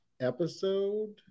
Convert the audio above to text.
episode